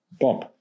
bump